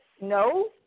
no